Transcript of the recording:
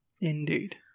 Indeed